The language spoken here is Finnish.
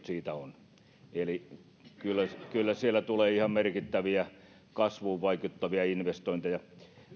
siitä ovat eli kyllä kyllä siellä tulee ihan merkittäviä kasvuun vaikuttavia investointeja